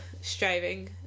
striving